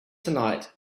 tonight